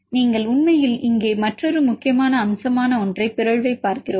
நீங்கள் உண்மையில் இங்கே மற்றொரு முக்கியமான அம்சமான ஒற்றை பிறழ்வைப் பார்க்கிறோம்